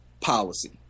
policy